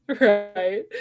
right